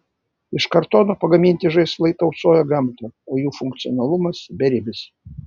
iš kartono pagaminti žaislai tausoja gamtą o jų funkcionalumas beribis